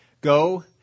go